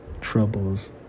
troubles